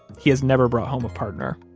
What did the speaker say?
he has never brought home a partner.